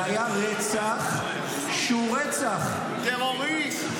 זה היה רצח שהוא רצח --- טרוריסט.